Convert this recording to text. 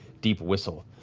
deep whistle.